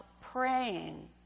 praying